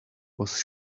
was